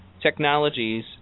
technologies